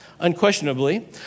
unquestionably